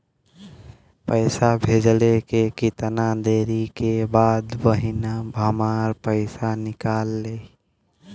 पैसा भेजले के कितना देरी के बाद बहिन हमार पैसा निकाल लिहे?